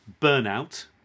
burnout